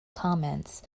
comments